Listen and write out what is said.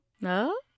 No